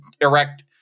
erect